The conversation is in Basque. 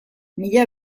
mila